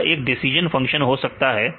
यह एक decision function हो सकता है